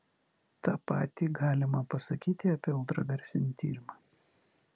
tą patį galima pasakyti apie ultragarsinį tyrimą